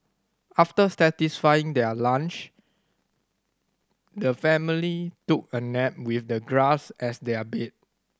after satisfying their lunch the family took a nap with the grass as their bed